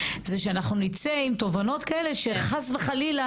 זה שאנחנו נצא עם תובנות כאלה שחס וחלילה